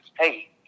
hey